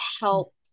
helped